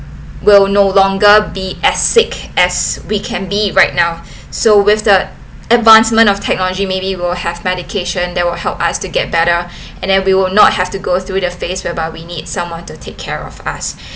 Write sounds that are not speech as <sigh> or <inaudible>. will no longer be as sick as we can be right now <breath> so with the advancement of technology maybe we'll have medication that will help us to get better <breath> and we will not have to go through a phase whereby we need someone to take care of us